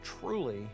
truly